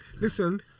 Listen